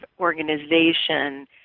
organization